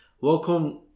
Welcome